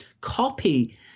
copy